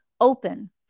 open